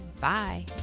Bye